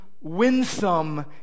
winsome